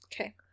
Okay